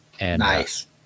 Nice